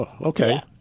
Okay